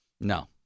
No